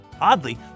Oddly